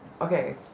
Okay